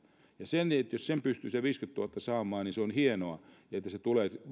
ja jos pystyy sen viiteenkymmeneentuhanteen saamaan niin se on hienoa ja että se tulee